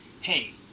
hey